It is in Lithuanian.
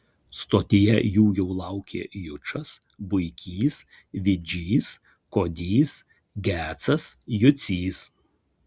stotyje jų jau laukė jučas buikys vidžys kodys gecas jucys